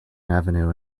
avenue